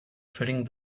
filling